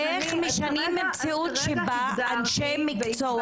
איך משנים מציאות שבה אנשי מקצוע